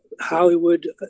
Hollywood